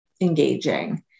engaging